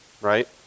right